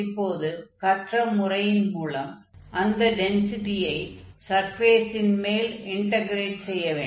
இப்போது கற்ற முறையின் மூலம் அந்த டென்ஸிடியை சர்ஃபேஸின் மேல் இன்டக்ரேட் செய்ய வேண்டும்